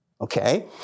okay